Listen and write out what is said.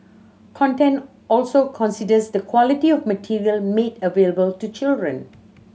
content also considers the quality of material made available to children